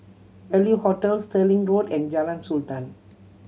Value Hotel Stirling Road and Jalan Sultan